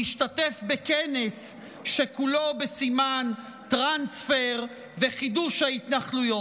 להשתתף בכנס שכולו בסימן טרנספר וחידוש ההתנחלויות.